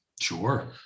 Sure